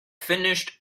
finished